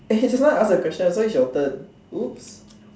eh just now I ask the question so it's your turn oops